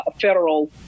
federal